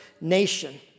nation